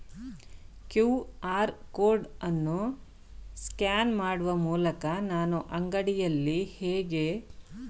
QR code ಅನ್ನು scan ಮಾಡುವ ಮೂಲಕ ನಾನು ಅಂಗಡಿಯಲ್ಲಿ ಹೇಗೆ ಪಾವತಿಸಬಹುದು?